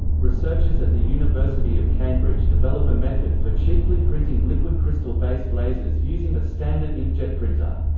researchers at the university of cambridge develop a method for cheaply printing liquid crystal-based lasers using a standard inkjet printer.